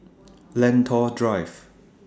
Lentor Drive